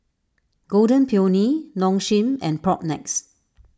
Golden Peony Nong Shim and Propnex